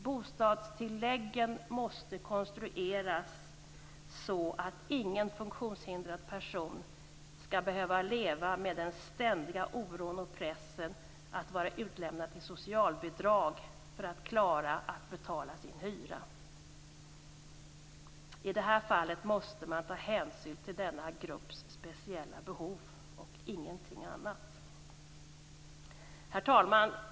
Bostadstilläggen måste konstrueras så att ingen funktionshindrad person skall behöva leva med den ständiga oron och pressen att vara utlämnad till socialbidrag för att klara att betala sin hyra. I det här fallet måste man ta hänsyn till denna grupps speciella behov och ingenting annat. Herr talman!